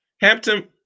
Hampton